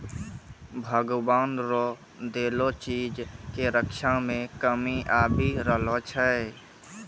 भगवान रो देलो चीज के रक्षा मे कमी आबी रहलो छै